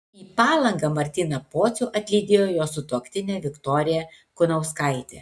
į palangą martyną pocių atlydėjo jo sutuoktinė viktorija kunauskaitė